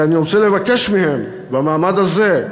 ואני רוצה לבקש מהם במעמד הזה,